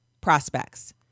prospects